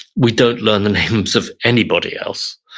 we don't learn the names of anybody else.